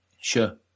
Sure